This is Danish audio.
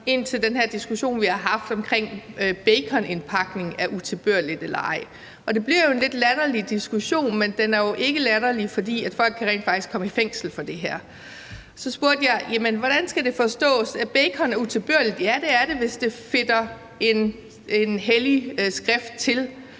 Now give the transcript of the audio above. ind til den her diskussion, vi har haft, nemlig om baconindpakning er utilbørligt eller ej. Det bliver en lidt latterlig diskussion, men den er jo ikke latterlig, fordi folk rent faktisk kan komme i fængsel for det her. Så spurgte jeg om, om det skal forstås sådan, at bacon er utilbørligt. Og jeg fik at vide, at ja, det er det, hvis det fedter en hellig skrift til.